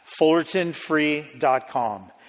Fullertonfree.com